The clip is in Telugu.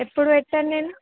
ఎప్పుడు పెట్టాను నేను